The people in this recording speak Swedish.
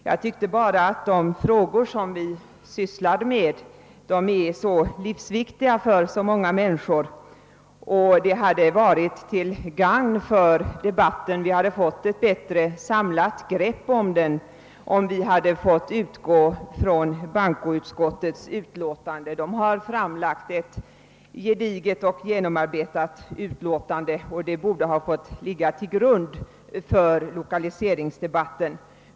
Jag tycker bara att de frågor vi sysslar med är så livsviktiga för många människor, att det hade varit till gagn om vi hade fått ett bättre samlat grepp om ärendet. Bankoutskottet har framlagt ett gediget och genomarbetat utlåtande, och detta borde ha fått ligga till grund för lokaliseringsdebatten.